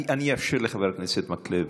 אני אאפשר לחבר הכנסת מקלב,